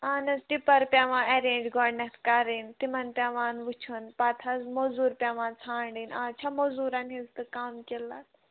اَہن حظ ٹِپَر پیٚوان ایٚرینج گۄڈنٮ۪تھ کَرٕنۍ تِمَن پیٚوان وٕچھُن پَتہٕ حظ موزوٗر پیٚوان ژھانڈٕنۍ آز چھا موزوٗرَن ہِنٛز تہِ کَم قِلت